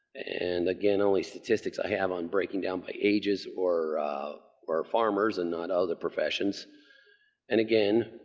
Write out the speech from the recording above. and again, only statistics i have on breaking down by ages or or farmers and not other professions and, again,